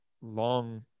long